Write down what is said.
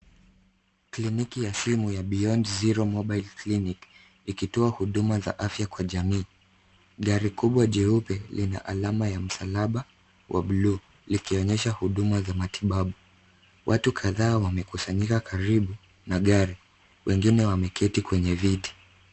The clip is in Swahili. Kliniki ya simu ya (cs)beyond zero mobile clinic(cs) ikitoa huduma za afya kwa jamii. Gari kubwa jeupe lina alama ya msalaba wa bluu likionyesha huduma za matibabu. Watu kadhaa wamekusanyika karibu na gari, wengine wameketi kwenye viti.